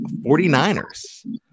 49ers